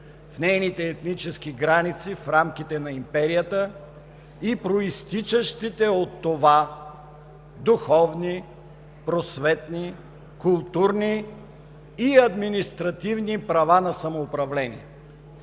в нейните етнически граници, в рамките на империята и произтичащите от това духовни, просветни, културни и административни права на самоуправление.